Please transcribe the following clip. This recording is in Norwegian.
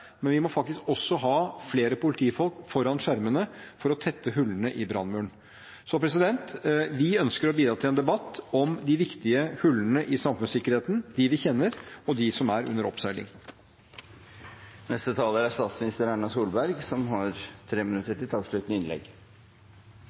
men vi må faktisk også ha flere politifolk foran skjermene for å tette hullene i brannmuren. Vi ønsker å bidra til en debatt om de viktige hullene i samfunnssikkerheten – de vi kjenner, og de som er under oppseiling.